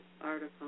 article